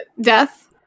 death